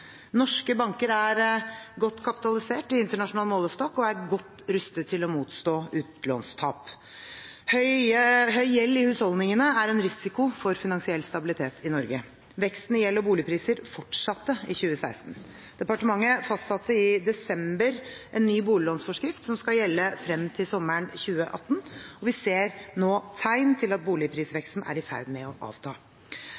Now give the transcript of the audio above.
Norske banker er godt kapitalisert i internasjonal målestokk og er godt rustet til å motstå utlånstap. Høy gjeld i husholdningene er en risiko for finansiell stabilitet i Norge. Veksten i gjeld og boligpriser fortsatte i 2016. Departementet fastsatte i desember en ny boliglånsforskrift, som skal gjelde frem til sommeren 2018. Vi ser nå tegn til at